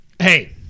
Hey